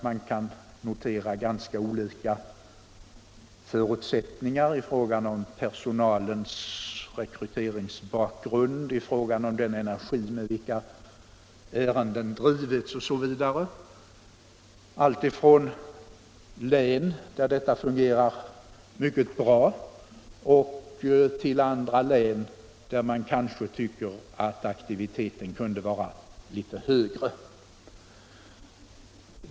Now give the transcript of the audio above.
Man kan där notera ganska olika förutsättningar i fråga om personalens rekryteringsbakgrund, i fråga om den energi med vilken ärenden drivits osv., alltifrån län där detta fungerar mycket bra till andra län där aktiviteten kanske kunde vara litet högre.